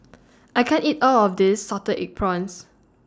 I can't eat All of This Salted Egg Prawns